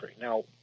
Now